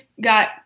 got